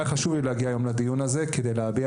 היה חשוב לי להגיע היום לדיון הזה כדי להביע